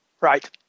Right